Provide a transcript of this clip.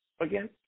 again